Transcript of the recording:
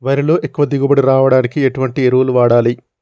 వరిలో ఎక్కువ దిగుబడి రావడానికి ఎటువంటి ఎరువులు వాడాలి?